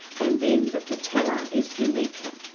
and then the patella is your kneecap.